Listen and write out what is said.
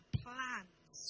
plans